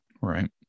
Right